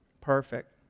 Perfect